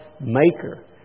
Maker